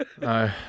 No